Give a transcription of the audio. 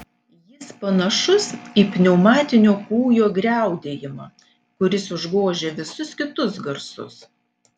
jis panašus į pneumatinio kūjo griaudėjimą kuris užgožia visus kitus garsus